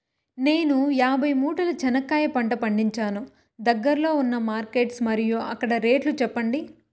నేను యాభై మూటల చెనక్కాయ పంట పండించాను దగ్గర్లో ఉన్న మార్కెట్స్ మరియు అక్కడ రేట్లు చెప్పండి?